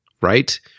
right